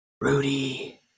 Rudy